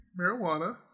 marijuana